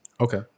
okay